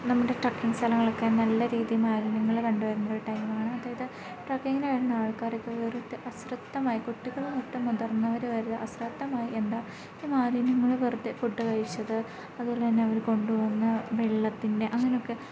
നമ്മുടെ ട്രക്കിങ് സ്ഥലങ്ങളിലൊക്കെ നല്ലരീതിയിൽ മാലിന്യങ്ങൾ കണ്ടുവരുന്നൊരു ടൈമാണ് അതായത് ട്രക്കിങ്ങിനു വരുന്ന ആൾക്കാരൊക്കെ വെറുതെ അശ്രദ്ധമായി കുട്ടികൾ തൊട്ടു മുതിർന്നവർ വരെ അശ്രദ്ധമായി എന്താ മാലിന്യങ്ങൾ വെറുതെ ഫുഡ് കഴിച്ചത് അതുപോലെതന്നെ അവർ കൊണ്ടുവന്ന വെള്ളത്തിൻ്റെ അങ്ങനെയൊക്കെ